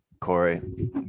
Corey